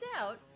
out